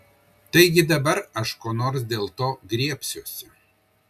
taigi dabar aš ko nors dėl to griebsiuosi